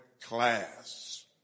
class